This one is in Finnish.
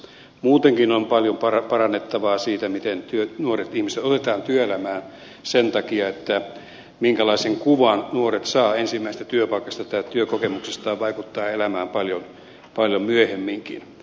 muutenkin on paljon parannettavaa siinä miten nuoret ihmiset otetaan työelämään sen takia että se minkälaisen kuvan nuoret saavat ensimmäisestä työpaikasta tai työkokemuksestaan vaikuttaa elämään paljon myöhemminkin